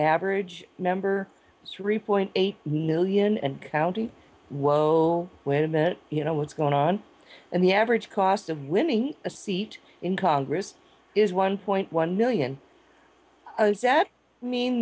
average number three point eight million and counting whoa wait a minute you know what's going on and the average cost of winning a seat in congress is one point one million others that mean